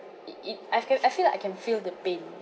it it I feel I feel like I can feel the pain